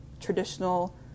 traditional